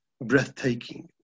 breathtaking